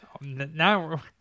Now